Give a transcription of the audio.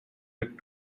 with